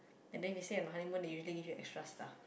and then we say in the honeymoon they usually just extra lah